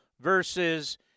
versus